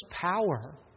power